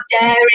dairy